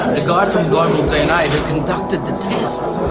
the guy from global dna who conducted the tests!